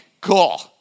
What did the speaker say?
cool